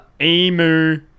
emu